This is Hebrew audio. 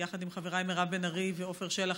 יחד עם חבריי מירב בן ארי ועפר שלח,